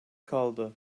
kaldı